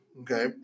Okay